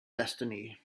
destiny